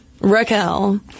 Raquel